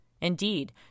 Indeed